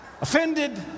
offended